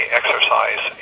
exercise